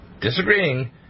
Disagreeing